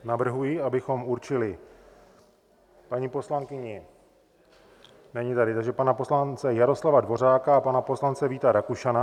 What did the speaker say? Navrhuji, abychom určili paní poslankyni není tady takže pana poslance Jaroslava Dvořáka a pana poslance Víta Rakušana.